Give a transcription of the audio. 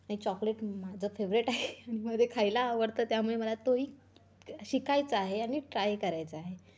आणि चॉकलेट माझं फेव्हरेट आहे आणि मला ते खायला आवडतं त्यामुळे मला तो ही शिकायचा आहे आणि ट्राय करायचा आहे